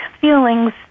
feelings